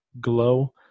glow